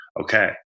okay